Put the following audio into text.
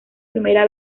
primera